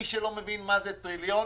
כדי להבין את הסכום,